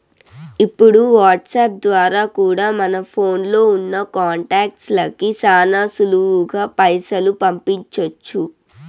ఇప్పుడు వాట్సాప్ ద్వారా కూడా మన ఫోన్లో ఉన్నా కాంటాక్ట్స్ లకి శానా సులువుగా పైసలు పంపించొచ్చు